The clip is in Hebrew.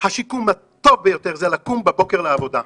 השיקום הטוב ביותר זה לקום בבוקר לעבודה.